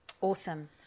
Awesome